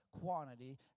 quantity